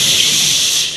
ששש...